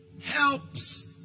Helps